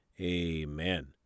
Amen